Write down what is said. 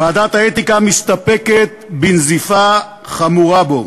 ועדת האתיקה מסתפקת בנזיפה חמורה בו.